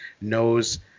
knows